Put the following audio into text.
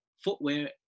footwear